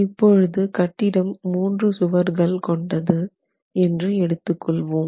இப்பொழுது கட்டிடம் மூன்று சுவர்கள் கொண்டது என்று எடுத்துக்கொள்வோம்